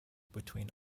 between